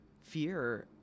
fear